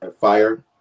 fire